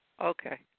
Okay